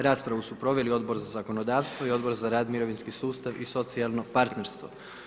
Raspravu su proveli Odbor za zakonodavstvo i Odbor za rad, mirovinski sustav i socijalno partnerstvo.